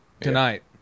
tonight